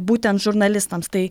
būtent žurnalistams tai